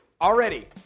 already